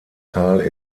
tal